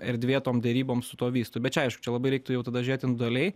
erdvė tom derybom su tuo vystu bet čia aišku čia labai reiktų jau tada indualiai